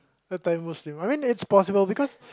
part time Muslim I mean it's possible because